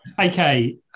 Okay